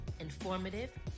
informative